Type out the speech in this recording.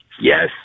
Yes